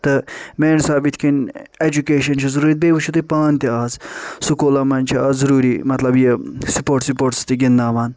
تہٕ میٛانہٕ حسابہٕ یتھ کٔنۍ ایٚجوکیشن چھِ ضروٗری بیٚیہِ وُچھو تُہۍ پانہٕ تہِ آز سکولن منٛز چھِ آز ضروٗری مطلب یہِ سپورٹٕس وپورٹٕس تہِ گِندناوان